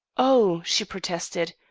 oh! she protested,